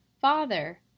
Father